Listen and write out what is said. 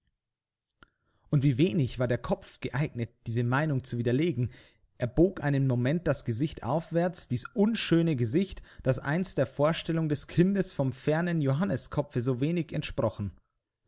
und wie wenig war der kopf geeignet diese meinung zu widerlegen er bog einen moment das gesicht aufwärts dies unschöne gesicht das einst der vorstellung des kindes vom fernen johanneskopfe so wenig entsprochen